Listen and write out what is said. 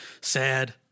Sad